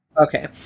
Okay